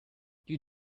you